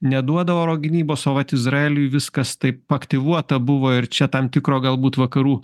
neduoda oro gynybos o vat izraeliui viskas taip aktyvuota buvo ir čia tam tikro galbūt vakarų